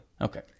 Okay